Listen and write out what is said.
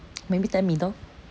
maybe ten metre